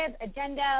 agenda